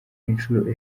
inshuro